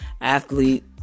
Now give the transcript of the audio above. athlete